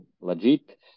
legit